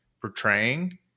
portraying